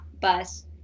bus